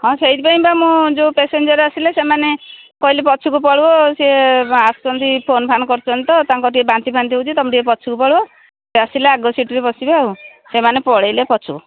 ହଁ ସେଇଥିପାଇଁ ବା ମୁଁ ଯେଉଁ ପାସେଞ୍ଜର ଆସିଲେ ସେମାନେ କହିଲି ପଛକୁ ପଳେଇବ ସିଏ ଆସୁଛନ୍ତି ଫୋନ୍ଫୋନ୍ କରୁଛନ୍ତି ତ ତାଙ୍କର ଟିକେ ବାନ୍ତି ଫାନ୍ତି ହେଉଛି ତୁମେ ଟିକେ ପଛକୁ ପଳେଇବ ସେ ଆସିଲେ ଆଗ ସିଟରେ ବସିବେ ଆଉ ସେମାନେ ପଳେଇଲେ ପଛକୁ